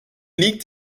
liegt